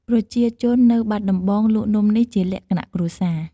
ប្រជាជននៅបាត់ដំបងលក់នំនេះជាលក្ខណៈគ្រួសារ។